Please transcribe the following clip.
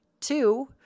two